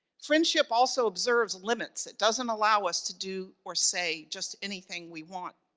friendship also observes limits. it doesn't allow us to do or say just anything we want.